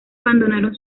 abandonaron